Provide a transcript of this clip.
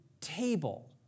table